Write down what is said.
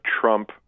Trump